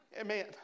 amen